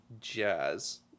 jazz